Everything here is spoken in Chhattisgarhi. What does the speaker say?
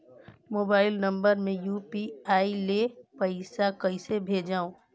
मोबाइल नम्बर मे यू.पी.आई ले पइसा कइसे भेजवं?